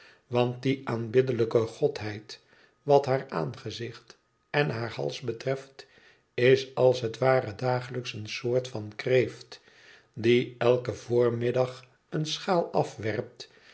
want die aanbiddelijke godheid wat haar aangezicht en haar hals betreft is als het ware dagelijks een soort van kreeft die eiken voormiddag een sehaal afwerpt